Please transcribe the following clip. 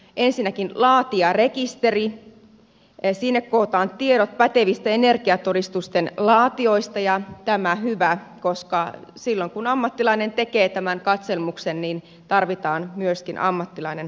ensinnäkin laatijarekisteri sinne kootaan tiedot pätevistä energiatodistusten laatijoista ja tämä on hyvä koska silloin kun ammattilainen tekee tämän katselmuksen tarvitaan myöskin ammattilainen paikalle